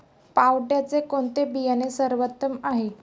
पावट्याचे कोणते बियाणे सर्वोत्तम आहे?